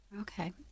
Okay